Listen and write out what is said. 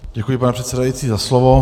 Děkuji, pane předsedající, za slovo.